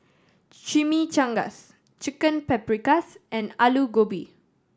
Chimichangas Chicken Paprikas and Alu Gobi